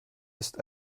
ist